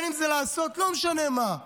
בין אם זה לעשות לא משנה מה,